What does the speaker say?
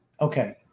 Okay